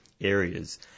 areas